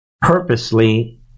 purposely